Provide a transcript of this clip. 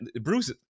Bruce